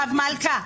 הרב מלכא.